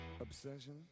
obsession